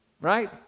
right